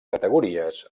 categories